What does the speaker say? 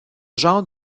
genre